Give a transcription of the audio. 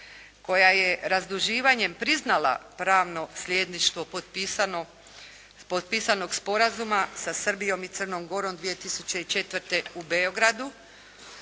koja je razduživanjem priznala pravno sljedništvo potpisanog sporazuma sa Srbijom i Crnom Gorom 2004. u Beogradu.